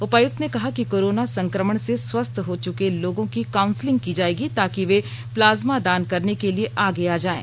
उपायुक्त ने कहा कि कोरोना संक्रमण से स्वस्थ हो चुके लोगों की काउंसलिंग की जाएगी ताकि वे प्लाज्मा दान करने के लिए आगे आ आएं